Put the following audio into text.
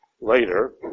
later